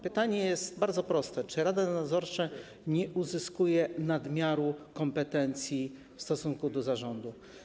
Pytanie jest bardzo proste: Czy rada nadzorcza nie uzyskuje nadmiaru kompetencji w stosunku do zarządu?